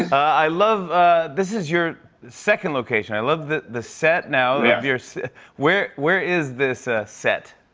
i love this is your second location. i love that the set now yeah of your so where where is this ah set?